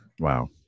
Wow